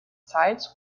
zeit